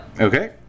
okay